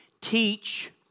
teach